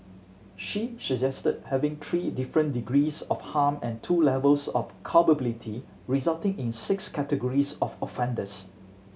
she suggested having three different degrees of harm and two levels of culpability resulting in six categories of offenders